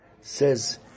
says